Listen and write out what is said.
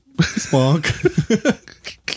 Spunk